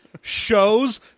shows